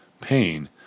pain